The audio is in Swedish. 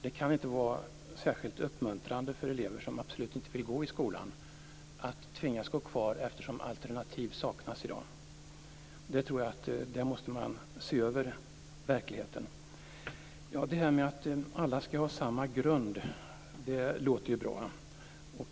Det kan inte vara särskilt uppmuntrande för elever som absolut inte vill gå i skolan att tvingas gå kvar därför att alternativ i dag saknas. Jag menar att man måste se över de möjligheter som finns. Att alla skall ha samma grund låter ju bra.